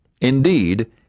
Indeed